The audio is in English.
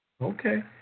Okay